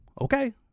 okay